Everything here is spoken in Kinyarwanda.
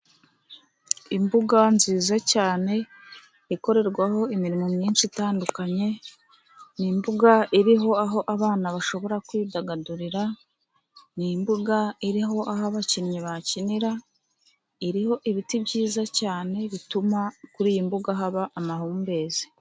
Imbuga nziza cyane ikorerwaho imirimo myinshi itandukanye, ni imbuga iriho aho abana bashobora kwidagadurira, ni imbuga iriho aho abakinnyi bakinira, iriho ibiti byiza cyane bituma kuri iyi mbuga haba amahumbezi.